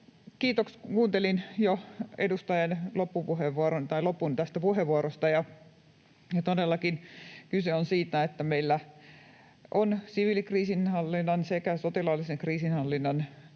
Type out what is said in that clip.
Kiitos, kuuntelin jo lopun tästä edustajan puheenvuorosta. Todellakin kyse on siitä, että meillä on siviilikriisinhallinnan sekä sotilaallisen kriisinhallinnan